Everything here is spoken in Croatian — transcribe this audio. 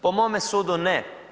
Po mome sudu ne.